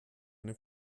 eine